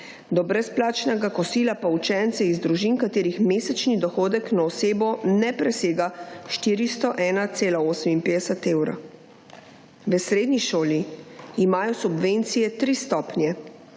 Do brezplačnega kosila pa učenci iz družin katerih mesečni dohodek na osebo ne presega 401,58 evra. V srednji šoli imajo subvencije tri stopnje,